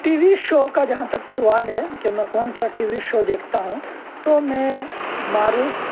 T V show کا جہاں تک سوال ہے کہ میں کون سا ٹی وی شو دیکھتا ہوں تو میں معروف